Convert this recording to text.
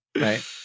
Right